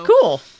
cool